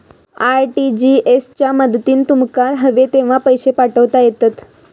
RTGS च्या मदतीन तुमका हवे तेव्हा पैशे पाठवता येतत